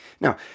Now